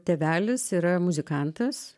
tėvelis yra muzikantas